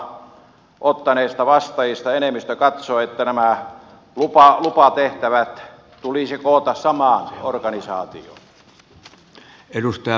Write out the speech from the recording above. organisointien tapaan kantaa ottaneista vastaajista enemmistö katsoo että nämä lupatehtävät tulisi koota samaan organisaatioon